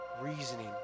reasoning